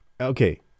Okay